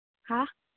ꯍꯥ